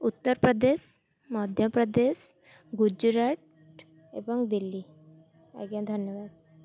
ଉତ୍ତରପ୍ରଦେଶ ମଧ୍ୟପ୍ରଦେଶ ଗୁଜୁରାଟ ଏବଂ ଦିଲ୍ଲୀ ଆଜ୍ଞା ଧନ୍ୟବାଦ